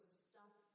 stuck